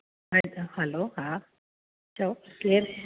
hello hello हा चओ केरु